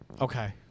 Okay